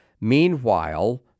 Meanwhile